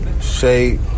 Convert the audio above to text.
shade